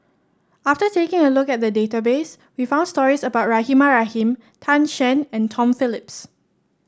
after taking a look at the database we found stories about Rahimah Rahim Tan Shen and Tom Phillips